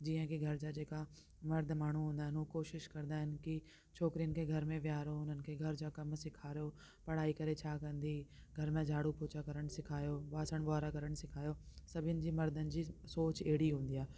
जीअं की घर जा जेका मर्द माण्हू हूंदा आहिनि हूअ कोशिशि कंदा आहिनि की छोकिरियुन खे घर में वेहारियो उन्हनि खे घर जा कम सेखारियो पढ़ाई करे छा कंदी घर में झाड़ू पोछा करण सेखारियो ॿासण ॿुहारा करण सेखारियो सभिनि जी मरदनि जी सोच अहिड़ी हूंदी आहे